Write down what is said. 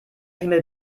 himmel